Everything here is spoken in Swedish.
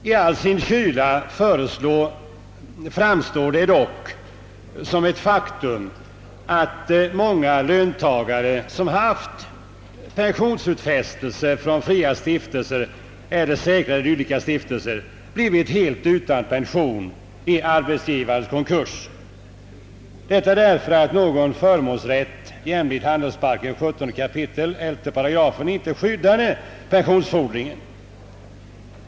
I all sin kyla framstår det dock som ett faktum att många löntagare, som haft pensionsutfästelser givna av fria stiftelser eller säkrade i dylika, blivit helt utan pension vid arbetsgivares konkurs, detta därför att någon förmånsrätt jämlikt 17:11 handelsbalken inte skyddat pensionsfordringen.